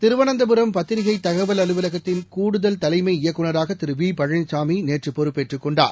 திருவனந்தபுரம் பத்திரிகை தகவல் அலுவலகத்தின் கூடுதல் தலைமை இயக்குநராக திரு வி பழனிசாமி நேற்று பொறுப்பேற்றுக் கொண்டார்